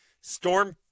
storm